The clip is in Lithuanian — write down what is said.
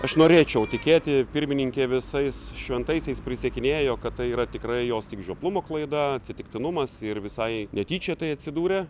aš norėčiau tikėti pirmininkė visais šventaisiais prisiekinėjo kad tai yra tikrai jos tik žioplumo klaida atsitiktinumas ir visai netyčia tai atsidūrė